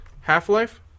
Half-Life